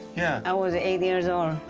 yeah, i was eight years old.